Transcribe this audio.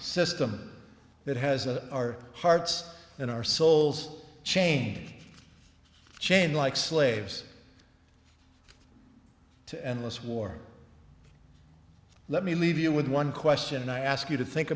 system that has a our hearts and our souls chain chain like slaves to endless war let me leave you with one question and i ask you to think